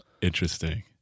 Interesting